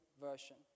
version